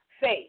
faith